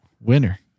Winner